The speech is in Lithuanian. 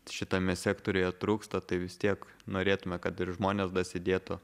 šitame sektoriuje trūksta tai vis tiek norėtume kad žmonės dasidėtų